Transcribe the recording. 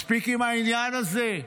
מספיק עם העניין הזה.